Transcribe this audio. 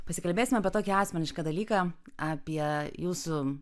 pasikalbėsime apie tokį asmenišką dalyką apie jūsų